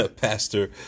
pastor